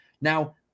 Now